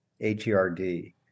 H-E-R-D